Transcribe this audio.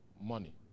money